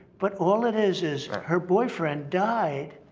but all it is is her boyfriend died.